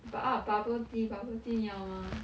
but ah bubble tea bubble tea 你要吗